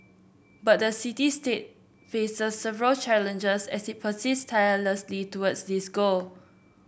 but the city state faces several challenges as it persists tirelessly towards this goal